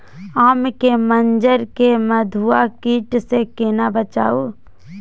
आम के मंजर के मधुआ कीट स केना बचाऊ?